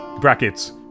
Brackets